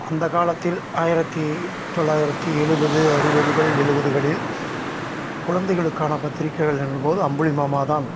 அந்த காலத்தில் ஆயிரத்தி தொள்ளாயிரத்தி எழுவது அறுபதுகள் எழுவதுகளில் குழந்தைகளுக்கான பத்திரிக்கைகள் என்னும் போது அம்புலிமாமா தான்